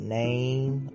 name